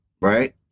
right